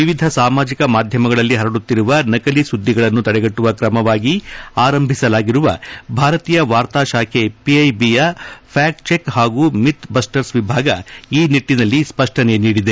ವಿವಿಧ ಸಾಮಾಜಿಕ ಮಾಧ್ಯಮಗಳಲ್ಲಿ ಪರಡುತ್ತಿರುವ ನಕಲಿ ಸುದ್ದಿಗಳನ್ನು ತಡೆಗಟ್ಟುವ ಕ್ರಮವಾಗಿ ಆರಂಭಿಸಲಾಗಿರುವ ಭಾರತೀಯ ವಾರ್ತಾ ಶಾಖೆ ಪಿಐಬಿಯ ಫ್ಕಾಕ್ಟ ಚೆಕ್ ಪಾಗೂ ಮಿತ್ ಬಸ್ಸರ್ ವಿಭಾಗ ಈ ನಿಟ್ಟನಲ್ಲಿ ಸ್ತಷ್ಟನೆ ನೀಡಿದೆ